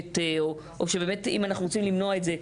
או שבאמת אם אנחנו רוצים למנוע את זה,